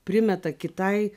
primeta kitai